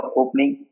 opening